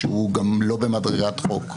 שהוא גם לא במדרגת חוק.